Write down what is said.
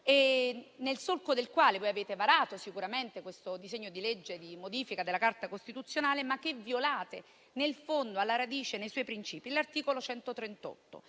e nel solco del quale avete varato sicuramente questo disegno di legge di modifica della Carta costituzionale, ma che violate nel fondo e alla radice nei suoi principi, ossia l'articolo 138.